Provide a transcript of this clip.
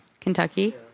Kentucky